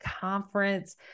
conference